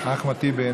אחמד טיבי,